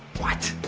what?